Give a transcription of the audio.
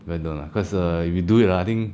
better don't lah cause err if you do that ah I think